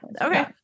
okay